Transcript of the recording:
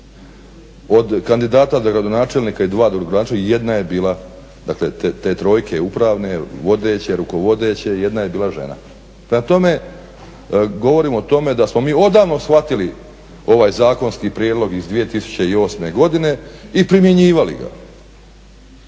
od kandidata za gradonačelnika i dva dogradonačelnika jedan je bila dakle te trojke uprave vodeće rukovodeće jedna je bila žena. Prema tome, govorim o tome da smo mi odavno shvatili ovaj zakonski prijedlog iz 2008. godine i primjenjivali ga.